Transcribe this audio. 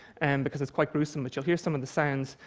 and because it's quite gruesome, but you'll hear some of the sounds.